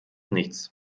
nichts